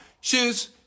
Shoes